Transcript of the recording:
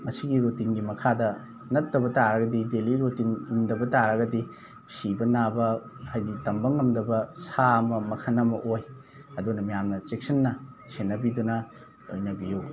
ꯃꯁꯤꯒꯤ ꯔꯨꯇꯤꯟꯒꯤ ꯃꯈꯥꯗ ꯅꯠꯇꯕ ꯇꯥꯔꯒꯗꯤ ꯗꯦꯜꯂꯤ ꯔꯨꯇꯤꯟ ꯏꯟꯗꯕ ꯇꯥꯔꯒꯗꯤ ꯁꯤꯕ ꯅꯥꯕ ꯍꯥꯏꯗꯤ ꯇꯝꯕ ꯉꯝꯗꯕ ꯁꯥ ꯑꯃ ꯃꯈꯜ ꯑꯃ ꯑꯣꯏ ꯑꯗꯨꯅ ꯃꯌꯥꯝꯅ ꯆꯦꯛꯁꯤꯟꯅ ꯁꯦꯟꯅꯕꯤꯗꯨꯅ ꯂꯣꯏꯅꯕꯤꯌꯨ